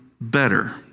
better